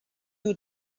you